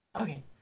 Okay